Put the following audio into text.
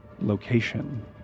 location